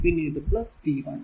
പിന്നെ ഇത് v 1